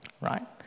right